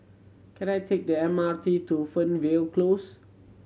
can I take the M R T to Fernvale Close